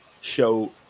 show